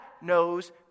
knows